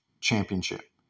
championship